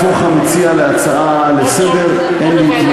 להפוך את זה להצעה לסדר-היום?